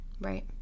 Right